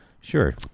Sure